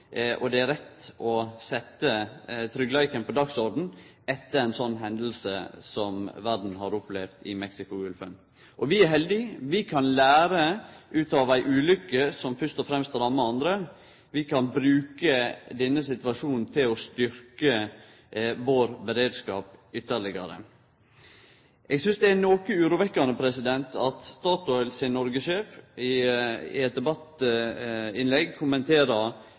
og det er rett å setje tryggleiken på dagsordenen etter ei slik hending som verda har opplevd i Mexicogolfen. Vi er heldige, vi kan lære av ei ulykke som fyrst og fremst rammar andre. Vi kan bruke denne situasjonen til å styrkje vår beredskap ytterlegare. Eg synest det er noko urovekkjande at Statoil Norges sjef i eit debattinnlegg kommenterer